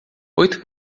oito